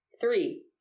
three